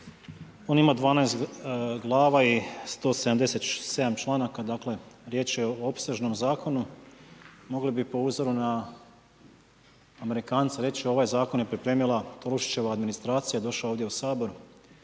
on ima 12 glava i 177 članaka, dakle riječ je o opsežnom zakonu, mogli bi po uzoru na Amerikance reći ovaj zakon je pripremila Tolušićeva administracija, došao je ovdje u Sabor